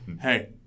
hey